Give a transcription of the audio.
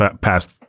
past